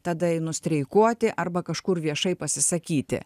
tada einu streikuoti arba kažkur viešai pasisakyti